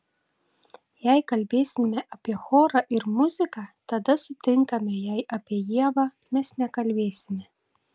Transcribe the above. jei kalbėsime apie chorą ir muziką tada sutinkame jei apie ievą mes nekalbėsime